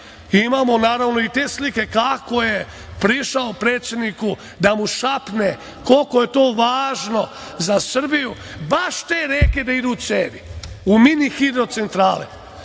imamo, naravno, i te slike kako je prišao predsedniku da mu šapne koliko je to važno za Srbiju, baš te reke da idu u cevi, u mini hidrocentrale.